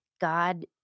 God